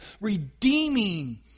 redeeming